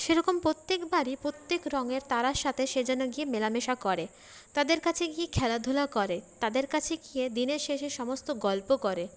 সেরকম প্রত্যেকবারই প্রত্যেক রঙের তারার সাথে সে যেন গিয়ে মেলামেশা করে তাদের কাছে গিয়ে খেলাধুলা করে তাদের কাছে গিয়ে দিনের শেষে সমস্ত গল্প করে